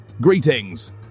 Greetings